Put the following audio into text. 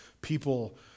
people